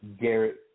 Garrett